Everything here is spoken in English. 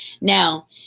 Now